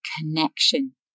connection